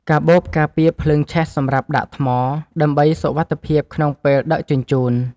កាបូបការពារភ្លើងឆេះសម្រាប់ដាក់ថ្ម ដើម្បីសុវត្ថិភាពក្នុងពេលដឹកជញ្ជូន។